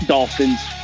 Dolphins